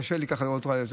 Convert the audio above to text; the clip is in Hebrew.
קשה לי ככה לראות אותך,